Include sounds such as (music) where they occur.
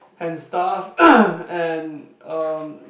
and stuff (coughs) and erm